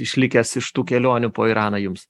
išlikęs iš tų kelionių po iraną jums